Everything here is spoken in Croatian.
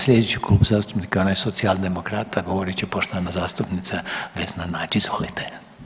Slijedeći Klub zastupnika je onaj Socijaldemokrata, a govorit će poštovana zastupnica Vesna Nađ, izvolite.